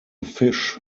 fish